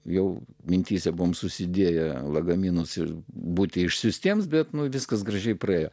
jau mintyse buvome susidėję lagaminus ir būti išsiųstiems bet viskas gražiai praėjo